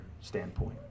standpoint